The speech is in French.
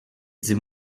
dis